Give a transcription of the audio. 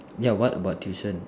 ya what about tuition